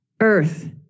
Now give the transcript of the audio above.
earth